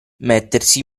mettersi